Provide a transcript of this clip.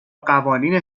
قوانین